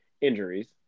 Injuries